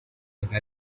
nka